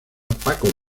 paco